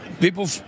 people